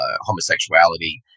homosexuality